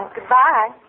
Goodbye